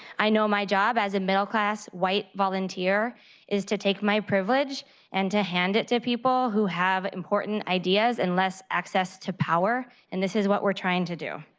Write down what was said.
i know my job as a middle-class white volunteer is to take my privilege and to hand it to people who have important ideas and less access to power and this is what we are trying to do.